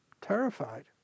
terrified